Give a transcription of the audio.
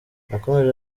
yakomeje